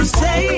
say